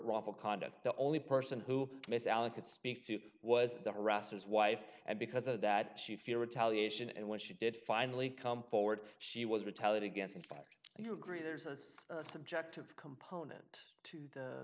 wrongful conduct the only person who miss allen could speak to was the harassers wife and because of that she feel retaliation and when she did finally come forward she was retaliate against in fact you agree there's a subjective component to